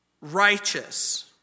righteous